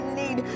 need